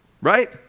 right